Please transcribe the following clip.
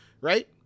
Right